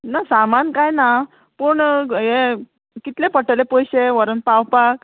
ना सामान काय ना पूण हें कितले पडटले पयशे व्हरोन पावपाक